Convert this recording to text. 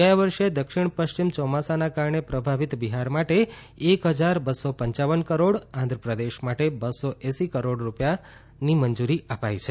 ગયા વર્ષે દક્ષિણ પશ્ચિમ ચોમાસાના કારણે પ્રભાવિત બિહાર માટે એક હજાર બસ્સો પંચાવન કરોડ આંધ્રપ્રદેશ માટે બસ્સો એસી કરોડ રૂપિયાની મંજુરી અપાઇ છે